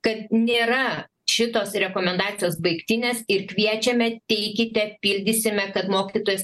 kad nėra šitos rekomendacijos baigtinės ir kviečiame teikite pildysime kad mokytojas